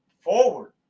forward